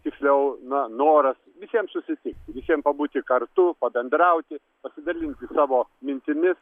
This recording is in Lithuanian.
tiksliau na noras visiem susitikti visiem pabūti kartu pabendrauti pasidalinti savo mintimis